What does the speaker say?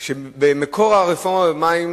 במקור, הרפורמה במים